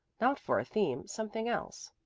not for a theme something else.